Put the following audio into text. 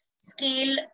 scale